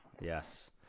Yes